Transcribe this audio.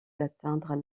d’atteindre